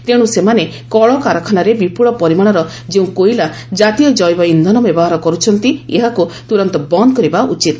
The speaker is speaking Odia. ତେଣୁ ସେମାନେ କଳକାରଖାନାରେ ବିପୁଳ ପରିମାଣର ଯେଉଁ କୋଇଲା ଜାତୀୟ ଜୈବ ଇନ୍ଧନ ବ୍ୟବହାର କରୁଛନ୍ତି ଏହାକୁ ତୂରନ୍ତ ବନ୍ଦ୍ କରିବା ଉଚିତ